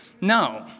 No